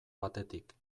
batetik